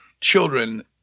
children